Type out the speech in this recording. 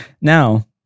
Now